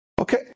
Okay